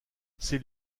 c’est